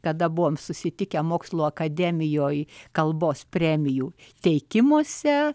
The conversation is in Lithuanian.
kada buvome susitikę mokslų akademijoje kalbos premijų teikimuose